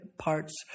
parts